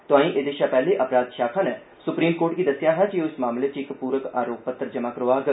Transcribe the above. तोआई एहदे षा पैहले अपराध षाखा नै सुप्रीम कोर्ट गी दस्सेआ हा जे ओह् इस मामले च इक पूरक आरोप पत्तर जमा करोआग